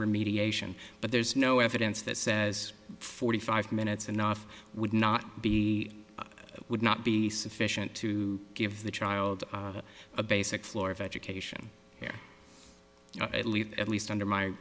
remediation but there's no evidence that says forty five minutes enough would not be would not be sufficient to give the child a basic floor of education here at least at least under my